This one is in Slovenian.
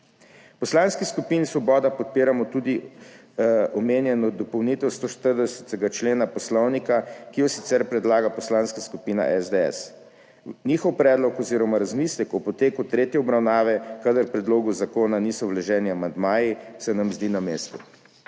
Poslanski skupini Svoboda podpiramo tudi omenjeno dopolnitev 140. člena Poslovnika, ki jo sicer predlaga Poslanska skupina SDS. Njihov predlog oziroma razmislek o poteku tretje obravnave, kadar k predlogu zakona niso vloženi amandmaji, se nam zdi na mestu.